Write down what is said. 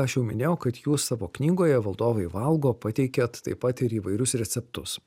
aš jau minėjau kad jūs savo knygoje valdovai valgo pateikiat taip pat ir įvairius receptus